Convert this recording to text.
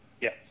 Yes